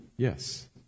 Yes